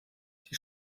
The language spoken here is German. die